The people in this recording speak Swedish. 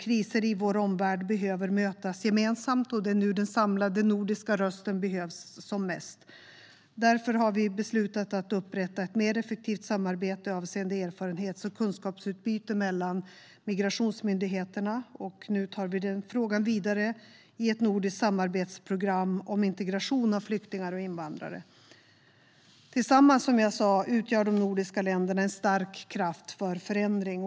Kriser i vår omvärld behöver mötas gemensamt, och det är nu den samlade nordiska rösten behövs som mest. Därför har vi beslutat att upprätta ett mer effektivt samarbete avseende erfarenhets och kunskapsutbyte mellan migrationsmyndigheterna. Nu tar vi den frågan vidare i ett nordiskt samarbetsprogram om integration av flyktingar och invandrare. Som jag sa: Tillsammans utgör de nordiska länderna en stark kraft för förändring.